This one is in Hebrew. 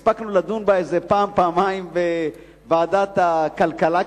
הספקנו לדון בה פעם-פעמיים בוועדת הכלכלה,